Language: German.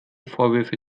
vorwürfe